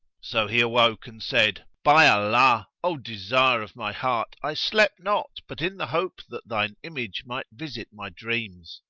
so he awoke and said, by allah, o desire of my heart, i slept not but in the hope that thine image might visit my dreams!